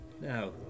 Now